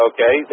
Okay